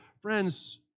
Friends